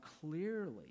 clearly